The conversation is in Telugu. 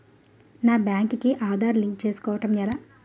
నా బ్యాంక్ కి ఆధార్ లింక్ చేసుకోవడం ఎలా?